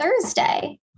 Thursday